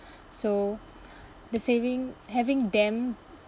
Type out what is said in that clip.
so the saving having them